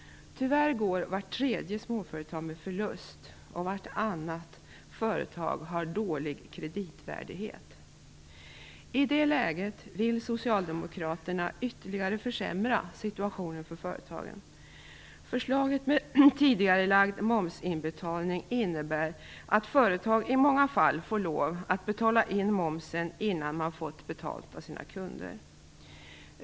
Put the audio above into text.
Tyvärr går vart tredje småföretag med förlust, och vartannat företag har dålig kreditvärdighet. I det läget vill Socialdemokraterna ytterligare försämra situationen för företagen. Förslaget om tidigarelagd momsinbetalning innebär att företag i många fall får lov att betala in momsen innan de fått betalt av sina kunder.